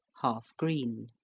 half green.